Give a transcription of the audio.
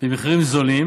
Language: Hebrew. במחירים נמוכים,